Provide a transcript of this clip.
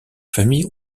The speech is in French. famille